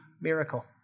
miracle